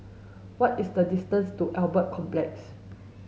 what is the distance to Albert Complex